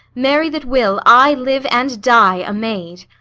marry that will, i live and die a maid.